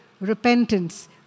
repentance